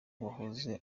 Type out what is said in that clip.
uwahoze